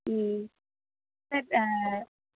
ம் சார்